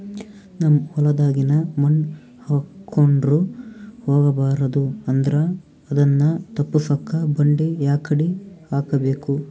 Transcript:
ನಮ್ ಹೊಲದಾಗಿನ ಮಣ್ ಹಾರ್ಕೊಂಡು ಹೋಗಬಾರದು ಅಂದ್ರ ಅದನ್ನ ತಪ್ಪುಸಕ್ಕ ಬಂಡಿ ಯಾಕಡಿ ಹಾಕಬೇಕು?